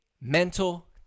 mental